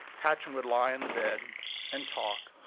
patchen would lie in the bed and talk,